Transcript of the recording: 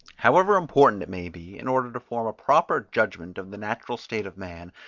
however important it may be, in order to form a proper judgment of the natural state of man,